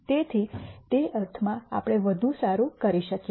તેથી તે અર્થમાં આપણે વધુ સારું કરી શકીએ